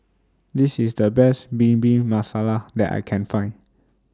This IS The Best Bhindi Masala that I Can Find